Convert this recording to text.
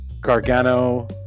gargano